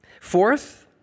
Fourth